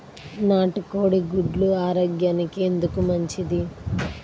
నాటు కోడి గుడ్లు ఆరోగ్యానికి ఎందుకు మంచిది?